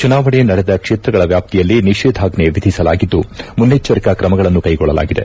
ಚುನಾವಣೆ ನಡೆದ ಕ್ಷೇತ್ರಗಳ ವ್ಯಾಪ್ತಿಯಲ್ಲಿ ನಿಷೇಧಾಜ್ಞೆ ವಿಧಿಸಲಾಗಿದ್ದು ಮುನ್ನೆಚ್ಚರಿಕಾ ಕ್ರಮಗಳನ್ನು ಕೈಗೊಳ್ಳಲಾಗಿದೆ